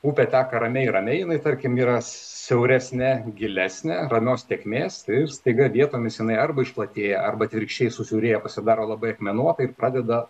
upė teka ramiai ramiai jinai tarkim yra siauresnė gilesnė ramios tėkmės ir staiga vietomis jinai arba išplatėja arba atvirkščiai susiaurėja pasidaro labai akmenuota ir pradeda